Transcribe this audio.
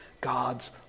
God's